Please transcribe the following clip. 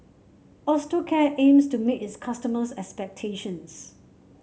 Osteocare aims to meet its customers' expectations